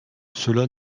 cela